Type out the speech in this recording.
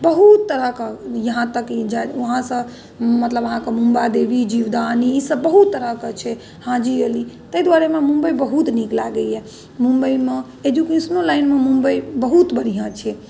बहुत तरह कऽ यहाँ तक कि वहाँसँ मतलब अहाँकेँ मुम्बा देवी जीवदानी ई सभ बहुत तरहके छै हाजी अली ताहि दुआरे हमरा मुम्बइ बहुत नीक लागैया मुम्बइमे एजुकेशनो लाइनमे मुम्बइ बहुत बढ़िआँ छै